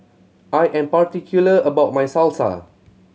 I am particular about my Salsa